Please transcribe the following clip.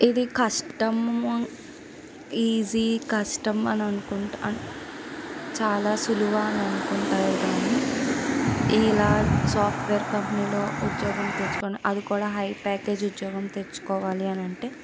ఇది కష్టం ఈజీ కష్టం అని అనుకుంటూ అన్ చాలా సులువా అని అనుకుంటారు కానీ ఇలా సాఫ్ట్వేర్ కంపెనీలో ఉద్యోగం తెచ్చుకొని అది కూడా హై ప్యాకేజ్ ఉద్యోగం తెచ్చుకోవాలి అని అంటే